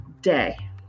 day